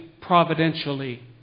providentially